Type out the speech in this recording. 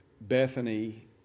Bethany